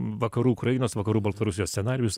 vakarų ukrainos vakarų baltarusijos scenarijus